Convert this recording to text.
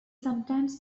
sometimes